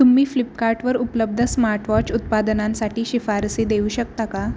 तुम्ही फ्लिपकार्टवर उपलब्ध स्मार्टवॉच उत्पादनांसाठी शिफारसी देऊ शकता का